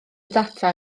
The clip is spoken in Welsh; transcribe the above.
data